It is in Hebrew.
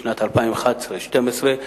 לשנים 2011 2012,